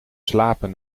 slapen